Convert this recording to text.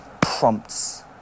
prompts